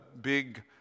big